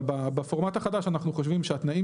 אבל בפורמט החדש אנחנו חושבים שהתנאים